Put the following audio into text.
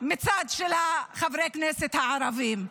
מהצד של חברי הכנסת הערביים.